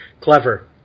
Clever